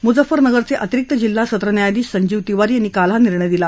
मुजफ्फरनगरचे अतिरिक्त जिल्हा सत्र न्यायाधीश संजीव तिवारी यांनी काल हा निर्णय दिला